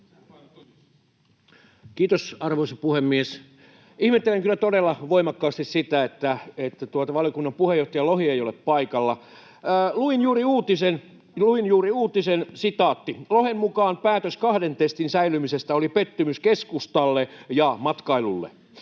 Kiitos, arvoisa puhemies! Ihmettelen kyllä todella voimakkaasti sitä, että valiokunnan puheenjohtaja Lohi ei ole paikalla. Luin juuri uutisen: ”Lohen mukaan päätös kahden testin säilymisestä oli pettymys keskustalle ja matkailulle.”